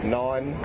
nine